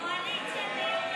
ההצעה להעביר